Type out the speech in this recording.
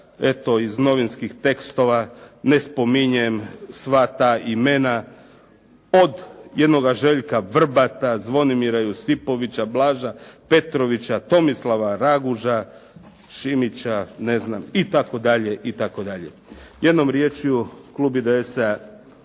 eto, iz novinskih tekstova ne spominjem sva ta imena od jednoga Željka Vrbata, Zvonimira Josipovića, Blaža Petrovića, Tomislava Raguža, Šimića itd., itd. Jednom riječju, klub IDS-a